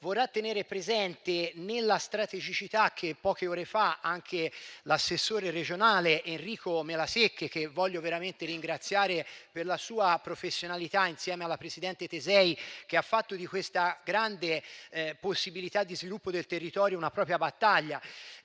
vorrà tenere presente nella strategicità che ha sottolineato poche ore fa anche l'assessore regionale Enrico Melasecche, che voglio veramente ringraziare per la sua professionalità insieme alla presidente Tesei, che ha fatto di questa grande possibilità di sviluppo del territorio una propria battaglia.